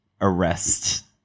arrest